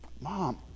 mom